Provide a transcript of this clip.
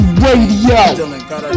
radio